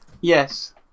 Yes